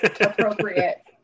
appropriate